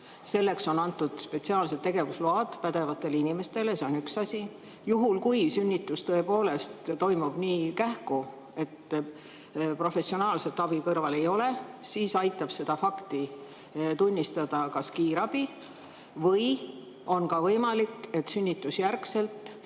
Selleks on antud spetsiaalsed tegevusload pädevatele inimestele. See on üks asi. Juhul kui sünnitus tõepoolest toimub nii kähku, et professionaalset abi kõrval ei ole, siis aitab seda fakti tunnistada kas kiirabi või on ka võimalik, et sünnitusjärgselt